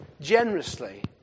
generously